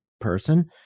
person